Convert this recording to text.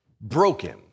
broken